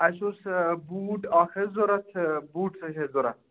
اَسہِ اوس بوٗٹھ اَکھ حظ ضروٗرت بوٗٹھ ٲسۍ اَسہِ ضروٗرت